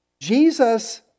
Jesus